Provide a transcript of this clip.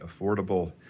affordable